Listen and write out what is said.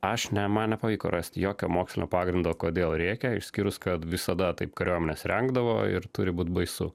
aš ne man nepavyko rasti jokio mokslinio pagrindo kodėl rėkia išskyrus kad visada taip kariuomenės rengdavo ir turi būt baisu